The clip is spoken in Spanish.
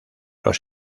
los